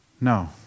No